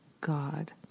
God